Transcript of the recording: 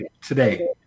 Today